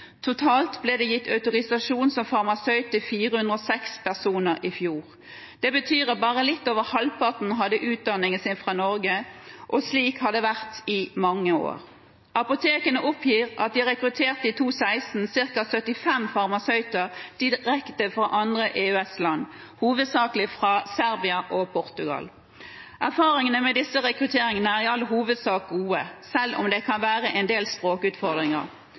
Totalt ble det gitt autorisasjon som farmasøyt til 406 personer i fjor. Det betyr at bare litt over halvparten hadde utdanningen sin fra Norge, og slik har det vært i mange år. Apotekene oppgir at de i 2016 rekrutterte ca. 75 farmasøyter direkte fra andre EØS-land, hovedsakelig fra Serbia og Portugal. Erfaringene med disse rekrutteringene er i all hovedsak gode, selv om det kan være en del språkutfordringer.